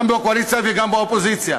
גם בקואליציה וגם באופוזיציה,